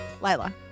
Lila